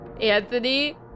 Anthony